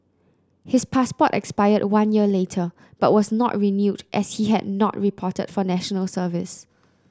his passport expired one year later but was not renewed as he had not reported for National Service